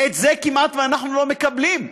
את זה אנחנו לא מקבלים כמעט.